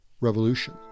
Revolution